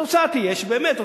התוצאה תהיה שבאמת,